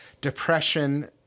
Depression